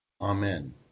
Amen